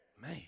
Man